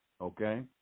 Okay